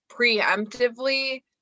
preemptively